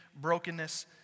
brokenness